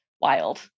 wild